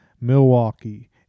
Milwaukee